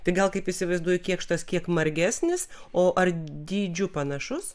tik gal kaip įsivaizduoju kėkštas kiek margesnis o ar dydžiu panašus